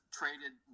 traded